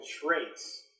traits